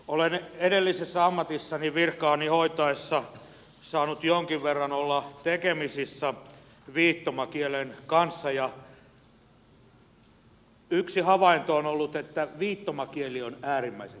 olen edellisessä ammatissani virkaani hoitaessa saanut jonkin verran olla tekemisissä viittomakielen kanssa ja yksi havainto on ollut että viittomakieli on äärimmäisen kaunis kieli